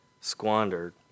squandered